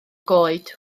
goed